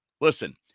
listen